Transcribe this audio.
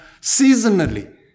seasonally